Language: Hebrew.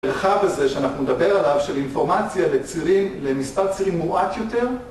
מרחב הזה שאנחנו נדבר עליו של אינפורמציה למספר צירים מועט יותר?